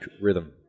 rhythm